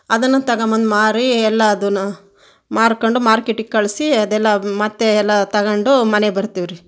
ಅದನ್ನು ತಗೊಂಬಂದ್ ಮಾರಿ ಎಲ್ಲಾದನ್ನು ಮಾರ್ಕೊಂಡು ಮಾರ್ಕೆಟಿಗೆ ಕಳಿಸಿ ಅದೆಲ್ಲ ಮತ್ತು ಎಲ್ಲ ತಗೊಂಡು ಮನೆಗೆ ಬರ್ತಿವಿ ರೀ